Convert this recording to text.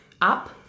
up